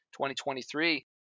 2023